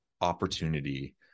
opportunity